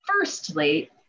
firstly